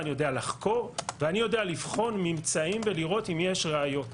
ואני יודע לבחון ממצאים ולראות אם יש ראיות.